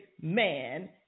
man